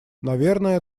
наверное